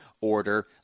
order